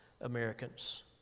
Americans